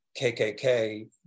kkk